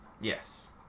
Yes